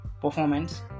performance